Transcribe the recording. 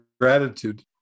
gratitude